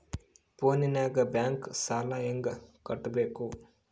ಫೋನಿನಾಗ ಬ್ಯಾಂಕ್ ಸಾಲ ಹೆಂಗ ಕಟ್ಟಬೇಕು?